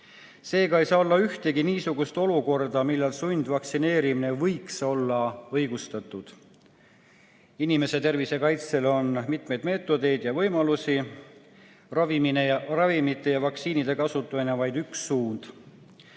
Seega ei saa olla ühtegi niisugust olukorda, millal sundvaktsineerimine võiks olla õigustatud. Inimese tervise kaitseks on mitmeid meetodeid ja võimalusi. Ravimite ja vaktsiinide kasutamine on vaid üks suund.